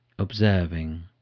observing